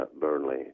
Burnley